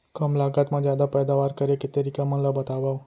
कम लागत मा जादा पैदावार करे के तरीका मन ला बतावव?